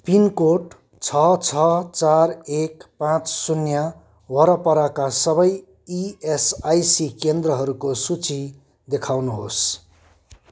pin code छ छ चार एक पाँच शून्य वरपरका सबै इएसआइसी केन्द्रहरूको सूची देखाउनुहोस्